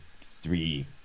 three